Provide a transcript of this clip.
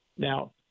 Now